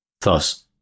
Thus